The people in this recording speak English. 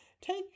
Take